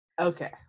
Okay